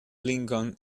lincoln